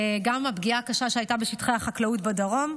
וגם את הפגיעה הקשה שהייתה בשטחי החקלאות בדרום,